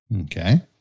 Okay